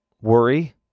worry